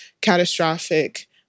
catastrophic